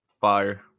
Fire